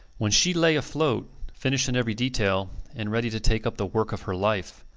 when she lay afloat, finished in every detail and ready to take up the work of her life,